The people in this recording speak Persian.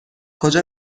کجا